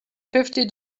fifty